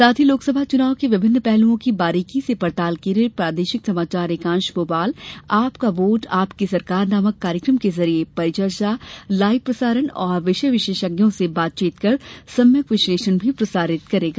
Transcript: साथ ही लोकसभा चुनाव के विभिन्न पहलुओं की बारीकी से पड़ताल के लिये प्रादेशिक समाचार एकांश भोपाल आपका वोट आपकी सरकार नामक कार्यक्रम के जरिए परिचर्चा लाइव प्रसारण और विषय विशेषज्ञों से बातचीत कर सम्यक विश्लेषण भी प्रसारित करेगा